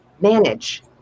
Manage